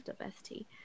diversity